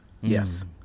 yes